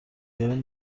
گری